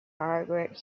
margaret